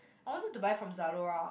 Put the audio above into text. I wanted to buy from Zalora